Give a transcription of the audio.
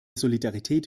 solidarität